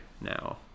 now